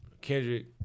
Kendrick